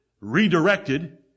redirected